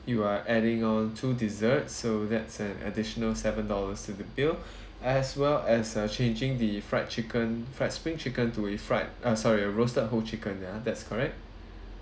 you are adding on two desserts so that's an additional seven dollars to the bill as well as uh changing the fried chicken fried spring chicken to a fried uh sorry roasted whole chicken ya that's correct